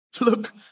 look